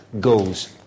goals